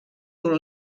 d’un